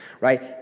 Right